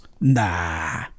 nah